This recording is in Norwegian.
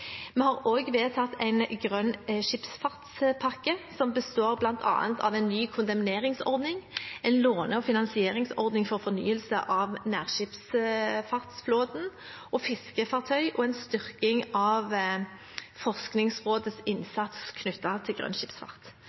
Vi har også vedtatt en grønn skipsfartspakke, som består av bl.a. en ny kondemneringsordning, en låne- og finansieringsordning for fornyelse av nærskipsfartsflåten og fiskefartøy og en styrking av Forskningsrådets innsats knyttet til grønn skipsfart.